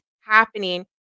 happening